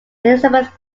elizabeth